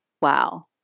Wow